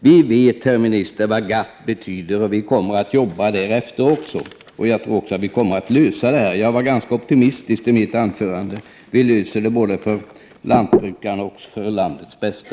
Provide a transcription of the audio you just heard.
Vi vet, herr minister, vad GATT betyder, och vi kommer att jobba därefter. Jag tror också att vi kommer att lösa detta. Jag var ganska optimistisk i mitt anförande. Vi löser detta, både för lantbrukarnas och för landets bästa.